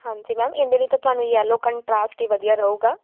ਹਾਂਜੀ ਮੈਮ ਇਹਦੇ ਲਈ ਤਾਂ ਤੁਹਾਨੂੰ ਯੈਲੋ ਕੰਟਰਾਸਟ ਹੀ ਵਧੀਆ ਰਹੂਗਾ